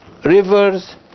rivers